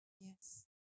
Yes